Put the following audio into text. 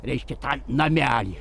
reiškia tą namelį